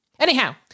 Anyhow